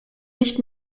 nicht